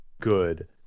good